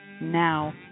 now